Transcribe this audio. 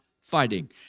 fighting